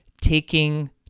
taking